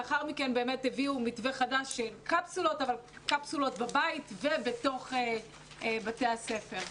לאחר מכן הביאו מתווה חדש של קפסולות אבל קפסולות בבית ובתוך בתי הספר.